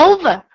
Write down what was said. Over